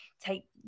take